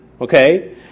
okay